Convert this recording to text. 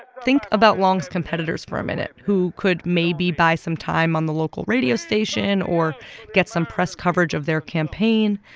think about long's competitors for a minute, who could maybe buy some time on the local radio station or get some press coverage of their campaign.